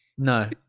No